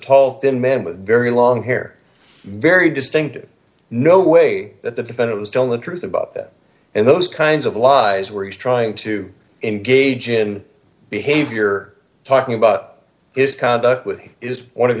tall thin man with very long hair very distinctive no way that the defendant was dylan truth about that and those kinds of lies where he's trying to engage in behavior talking about is conduct with is one of